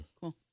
Cool